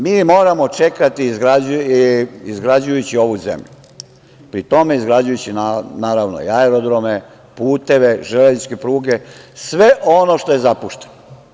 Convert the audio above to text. Mi moramo čekati izgrađujući ovu zemlju, pri tome izgrađujući naravno i aerodrome, puteve, železničke pruge, sve ono što je zapušteno.